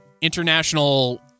international